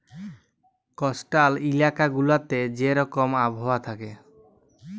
coastal ইলাকা গুলাতে যে রকম আবহাওয়া থ্যাকে